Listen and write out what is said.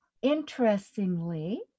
interestingly